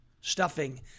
Stuffing